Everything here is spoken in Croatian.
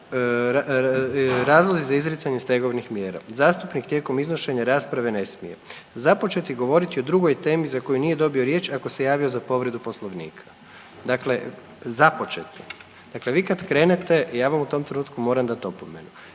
razlozi za izricanje stegovnih mjera, „Zastupnik tijekom iznošenja rasprave ne smije započeti govoriti o drugoj temi za koju nije dobio riječ ako se javio za povredu poslovnika“. Dakle započete dakle vi kad krenete ja vam u tom trenutku moram dat opomenu.